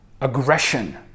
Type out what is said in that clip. aggression